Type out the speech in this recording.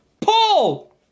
Paul